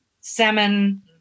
salmon